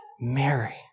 Mary